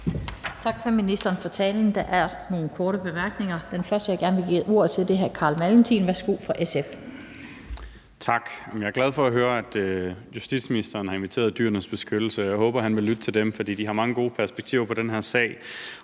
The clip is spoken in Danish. Tak til ministeren for talen. Der er nogle korte bemærkninger. Den første, jeg gerne vil give ordet til, er hr. Carl Valentin fra SF. Værsgo. Kl. 17:43 Carl Valentin (SF): Tak. Jeg er glad for at høre, at justitsministeren har inviteret Dyrenes Beskyttelse, og jeg håber, at han vil lytte til dem, for de har mange gode perspektiver på den her sag.